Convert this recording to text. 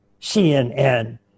CNN